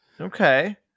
Okay